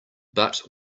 but